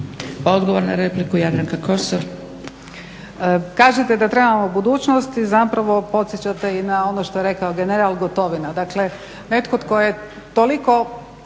Odgovor na repliku, Jadranka Kosor.